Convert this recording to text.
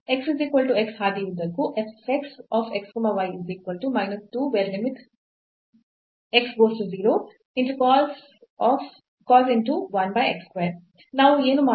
ಹಾದಿಯುದ್ದಕ್ಕೂ ನಾವು ಏನು ಮಾಡಬಹುದು